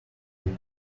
week